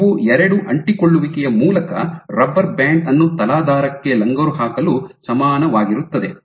ಇವು ಎರಡು ಅಂಟಿಕೊಳ್ಳುವಿಕೆಯ ಮೂಲಕ ರಬ್ಬರ್ ಬ್ಯಾಂಡ್ ಅನ್ನು ತಲಾಧಾರಕ್ಕೆ ಲಂಗರು ಹಾಕಲು ಸಮಾನವಾಗಿರುತ್ತದೆ